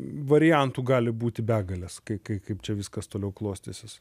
variantų gali būti begalės kai kai kaip čia viskas toliau klostysis